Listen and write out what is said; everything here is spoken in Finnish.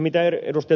mitä ed